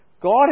God